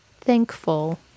thankful